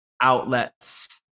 outlets